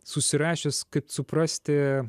susirašęs kad suprasti